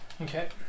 Okay